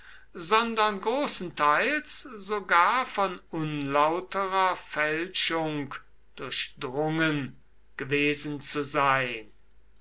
sondern großenteils sogar von unlauterer fälschung durchdrungen gewesen zu sein